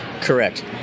Correct